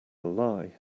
lie